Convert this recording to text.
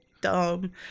Dumb